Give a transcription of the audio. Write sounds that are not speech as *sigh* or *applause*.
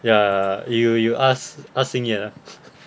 ya you you ask asking xin ye *laughs*